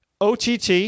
OTT